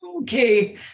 okay